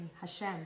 Hashem